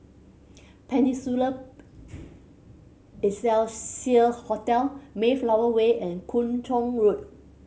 Peninsula Excelsior Hotel Mayflower Way and Kung Chong Road